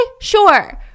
sure